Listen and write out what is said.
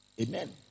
Amen